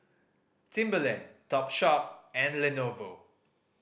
Timberland Topshop and Lenovo